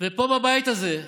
ופה, בבית הזה,